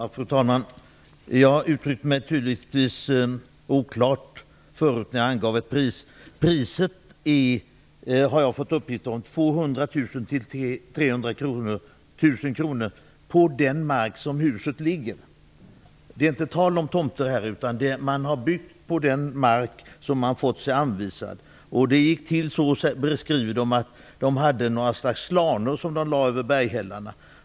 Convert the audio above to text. Fru talman! Jag uttryckte mig tydligen oklart förut när jag angav ett pris. Priset är 200 000-300 000 kr för den mark som huset ligger på, har jag fått uppgift om. Det är inte tal om tomter här, utan man har byggt på den mark som man fått anvisad. Det beskrivs att det gick till så att man hade några slanor som man lade över berghällarna.